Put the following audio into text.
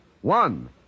One